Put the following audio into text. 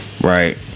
right